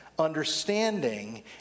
understanding